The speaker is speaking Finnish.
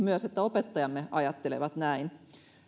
myös että opettajamme ajattelevat näin